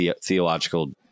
theological